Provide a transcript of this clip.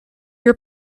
your